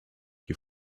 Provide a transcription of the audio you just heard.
you